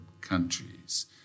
countries